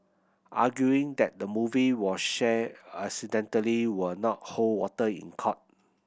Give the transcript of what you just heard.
arguing that the movie was shared accidentally will not hold water in court